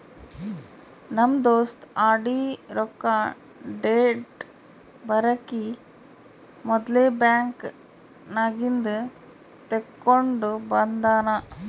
ನಮ್ ದೋಸ್ತ ಆರ್.ಡಿ ರೊಕ್ಕಾ ಡೇಟ್ ಬರಕಿ ಮೊದ್ಲೇ ಬ್ಯಾಂಕ್ ನಾಗಿಂದ್ ತೆಕ್ಕೊಂಡ್ ಬಂದಾನ